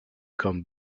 come